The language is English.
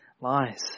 lies